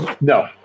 No